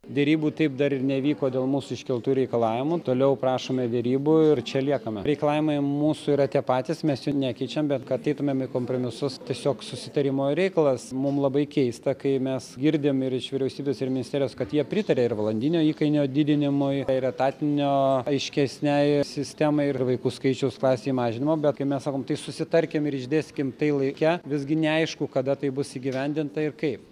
derybų taip dar ir nevyko dėl mūsų iškeltų reikalavimų toliau prašome derybų ir čia liekame reikalavimai mūsų yra tie patys mes nekeičiam bet kad eitumėm į kompromisus tiesiog susitarimo reikalas mum labai keista kai mes girdime ir iš vyriausybės ir ministerijos kad jie pritarė ir valandinio įkainio didinimui ir etatinio aiškesnei sistemai ir vaikų skaičiaus klasėje mažinimo bet kai mes sakom tai susitarkim ir išdėstykim tai laike visgi neaišku kada tai bus įgyvendinta ir kaip